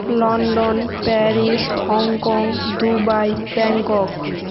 London Paris Hong Kong Dubai Bangkok